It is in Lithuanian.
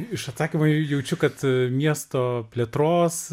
iš atsakymo į jaučiu kad miesto plėtros